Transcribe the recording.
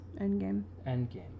Endgame